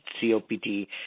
COPD